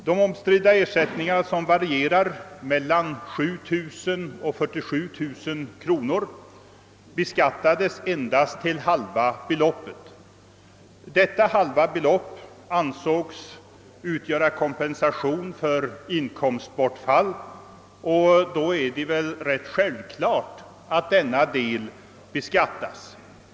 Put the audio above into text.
De omstridda ersättningarna, som varierar mellan 7000 och 47 000 kronor, beskattades endast till halva beloppet. Detta halva belopp ansågs utgöra kompensation för inkomstbortfall, och då är det väl självklart att denna del beskattas.